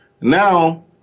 Now